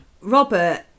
Robert